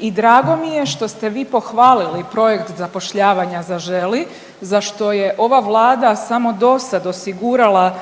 i drago mi je što ste vi pohvalili projekt zapošljavanja „Zaželi“ za što je ova Vlada samo dosad osigurala